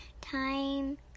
time